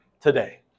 today